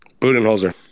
Budenholzer